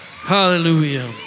Hallelujah